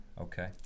Okay